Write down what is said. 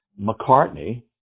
McCartney